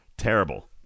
Terrible